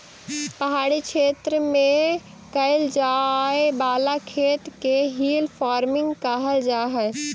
पहाड़ी क्षेत्र में कैइल जाए वाला खेत के हिल फार्मिंग कहल जा हई